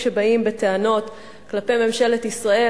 כשבאים בטענות כלפי ממשלת ישראל,